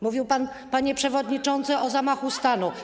Mówił pan, panie przewodniczący, o zamachu stanu.